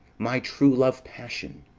my true-love passion.